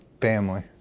Family